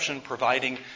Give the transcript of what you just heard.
providing